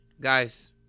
Guys